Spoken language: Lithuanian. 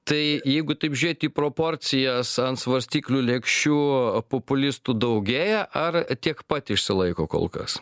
tai jeigu taip žiūrėt į proporcijas ant svarstyklių lėkščių populistų daugėja ar tiek pat išsilaiko kol kas